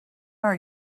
are